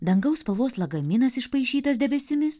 dangaus spalvos lagaminas išpaišytas debesimis